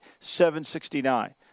769